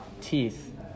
teeth